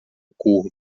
curva